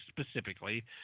specifically